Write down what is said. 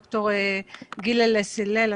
ד"ר גילה גיללס הלל.